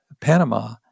Panama